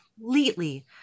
completely